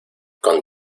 con